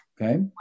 Okay